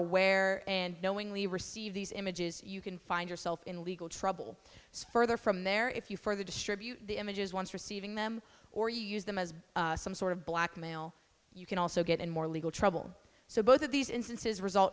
aware and knowingly receive these images you can find yourself in legal trouble further from there if you further distribute the images once receiving them or use them as some sort of blackmail you can also get in more legal trouble so both of these instances result